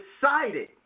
decided